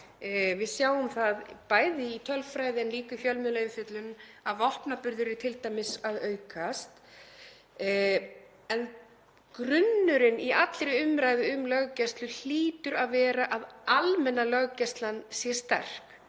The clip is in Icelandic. Við sjáum það bæði í tölfræði en líka í fjölmiðlaumfjöllun að vopnaburður er t.d. að aukast. En grunnurinn í allri umræðu um löggæslu hlýtur að vera að almenna löggæslan sé sterk.